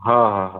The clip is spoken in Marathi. हां हां हां